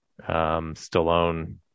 stallone